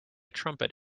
trumpet